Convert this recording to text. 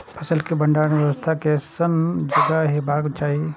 फसल के भंडारण के व्यवस्था केसन जगह हेबाक चाही?